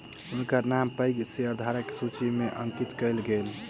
हुनकर नाम पैघ शेयरधारकक सूचि में अंकित कयल गेल